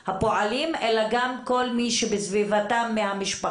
הפועלים אלא גם את של כל מי שבסביבתם מהמשפחות.